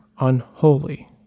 unholy